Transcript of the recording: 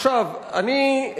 עכשיו אני,